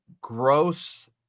gross